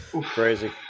Crazy